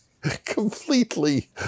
completely